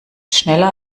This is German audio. schneller